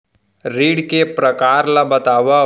ऋण के परकार ल बतावव?